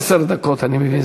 עשר דקות, אני מבין.